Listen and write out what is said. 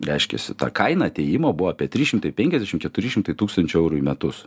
reiškiasi ta kaina atėjimo buvo apie trys šimtai penkiasdešimt keturi šimtai tūkstančių eurų į metus